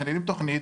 מתכננים תוכנים,